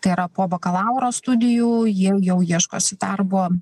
tai yra po bakalauro studijų jie jau ieškosi darbo